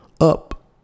Up